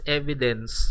evidence